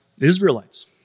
Israelites